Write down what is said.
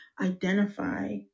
identify